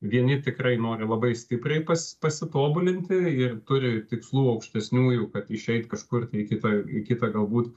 vieni tikrai nori labai stipriai pas pasitobulinti ir turi tikslų aukštesnių jau kad išeit kažkur tai į kitą į kitą galbūt